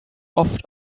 oft